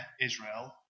Israel